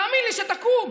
תאמין לי שתקום.